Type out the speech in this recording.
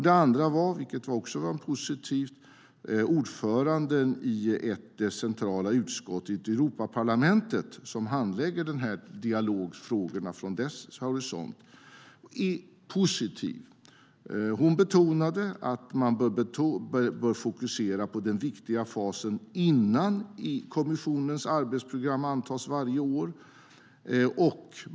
Det andra var, vilket också var positivt, att ordföranden i det centrala utskott i Europaparlamentet som handlägger frågorna från dess horisont är positiv. Hon betonade att man bör fokusera på den viktiga fasen innan kommissionens arbetsprogram antas varje år.